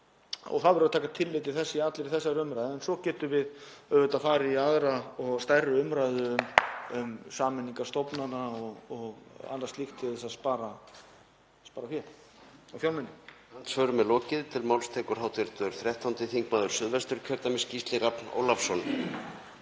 Það verður að taka tillit til þess í allri þessari umræðu. En svo getum við auðvitað farið í aðra og stærri umræðu um sameiningar stofnana og annað slíkt til þess að spara fjármuni.